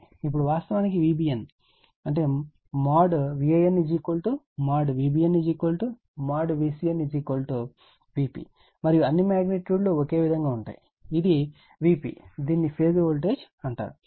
ఇప్పుడు వాస్తవానికి Vbn VanVbnVcn Vpమరియు అన్ని మాగ్నిట్యూడ్లు ఒకే విధంగా ఉంటాయి ఇది Vp దీనిని ఫేజ్ వోల్టేజ్ అంటారు